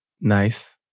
nice